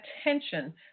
attention